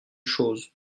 choses